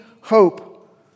hope